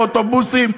באוטובוסים,